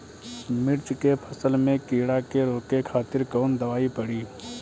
मिर्च के फसल में कीड़ा के रोके खातिर कौन दवाई पड़ी?